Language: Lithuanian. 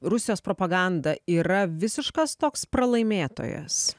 rusijos propaganda yra visiškas toks pralaimėtojas